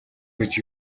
гэж